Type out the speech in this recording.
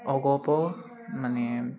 অগপ মানে